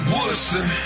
Woodson